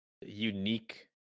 Unique